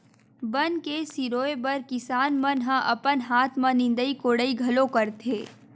बन के सिरोय बर किसान मन ह अपन हाथ म निंदई कोड़ई घलो करथे